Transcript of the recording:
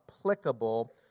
applicable